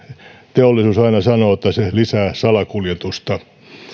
teollisuus aina sanoo että se lisää salakuljetusta